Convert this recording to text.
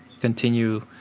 continue